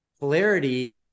polarity